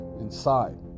inside